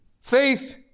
Faith